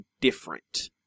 different